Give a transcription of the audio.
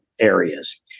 areas